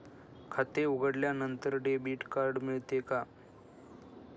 खाते उघडल्यानंतर debit card मिळते का?